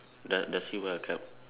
does does he wear a cap